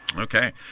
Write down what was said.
Okay